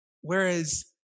Whereas